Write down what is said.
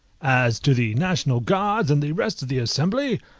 as to the national guards and the rest of the assembly,